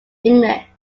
english